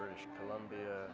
british columbia